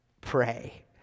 pray